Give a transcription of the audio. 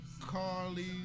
Carly